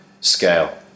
scale